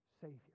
Savior